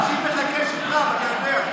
אני מקשיב לך בקשב רב, אתה יודע.